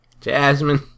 Jasmine